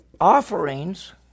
Offerings